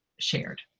shared.